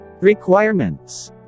Requirements